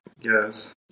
Yes